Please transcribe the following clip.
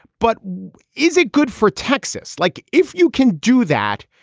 but is it good for texas? like, if you can do that.